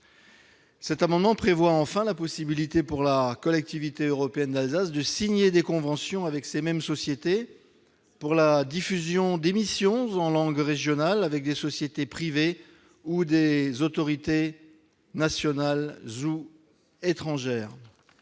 également à prévoir la possibilité pour la Collectivité européenne d'Alsace de signer des conventions avec ces mêmes sociétés pour la diffusion d'émissions en langue régionale, avec des sociétés privées ou des autorités nationales ou étrangères.